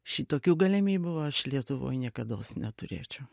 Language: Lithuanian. šitokių galimybių aš lietuvoj niekados neturėčiau